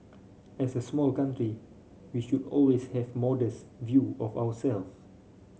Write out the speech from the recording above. as a small country we should always have modest view of